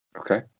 okay